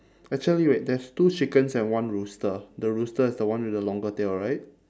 actually right there's two chickens and one rooster the rooster is the one with the longer tail right